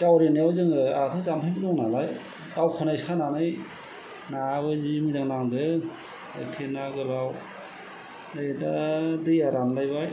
जावरिनायाव जोंङो आहाथ' जामफैबो दंनालाय दावखोनाय सानानै नायाबो जिमोजां नांदों एखे ना गोलाव नै दा दैआ रानलायबाय